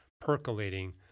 percolating